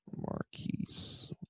Marquise